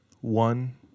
One